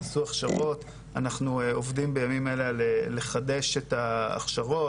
נעשו הכשרות ואנחנו עובדים בימים אלה על לחדש את ההכשרות,